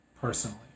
personally